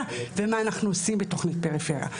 ומה אנחנו עושים בתכנית פריפריה.